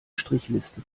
strichliste